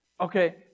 okay